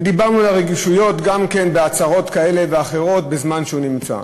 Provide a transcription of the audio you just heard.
ודיברנו על הרגישויות גם כן בהצהרות כאלה ואחרות בזמן שהוא נמצא.